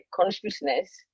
consciousness